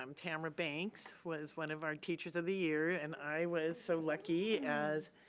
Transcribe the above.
um tamara banks was one of our teachers of the year and i was so lucky as,